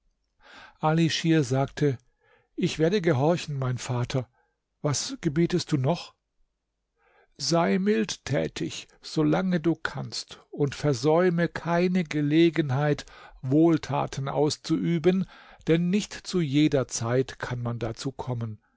ali schir sagte ich werde gehorchen mein vater was gebietest du noch sei mildtätig solange du kannst und versäume keine gelegenheit wohltaten auszuüben denn nicht zu jeder zeit kann man dazu kommen